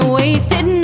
wasted